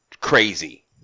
crazy